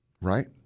right